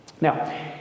Now